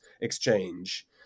exchange